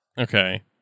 Okay